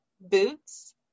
boots